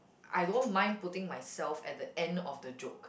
I don't mind putting myself at the end of the joke